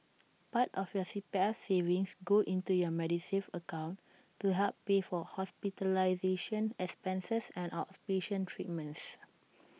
part of your C P F savings go into your Medisave account to help pay for hospitalization expenses and outpatient treatments